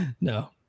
No